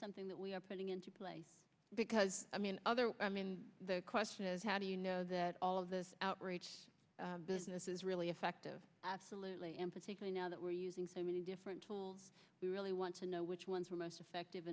something we are putting into place because i mean other i mean the question is how do you know that all of this outreach business is really effective absolutely empathetically now that we're using so many different tools we really want to know which ones are most effective